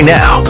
now